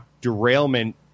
derailment